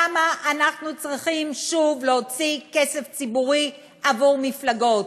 למה אנחנו צריכים שוב להוציא כסף ציבורי עבור מפלגות?